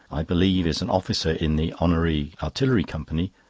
i believe, is an officer in the honorary artillery company,